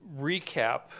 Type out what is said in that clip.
recap